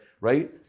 right